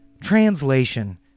Translation